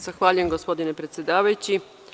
Zahvaljujem, gospodine predsedavajući.